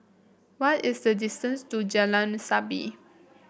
what is the distance to Jalan Sabit